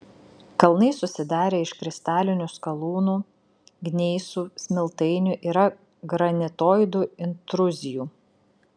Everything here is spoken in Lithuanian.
kalnai susidarę iš kristalinių skalūnų gneisų smiltainių yra granitoidų intruzijų